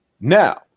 now